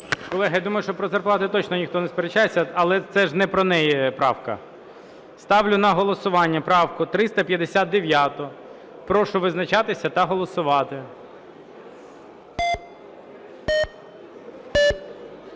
Колеги, я думаю, що про зарплати точно ніхто не сперечається, але це ж не про неї правка. Ставлю на голосування правку 359. Прошу визначатися та голосувати.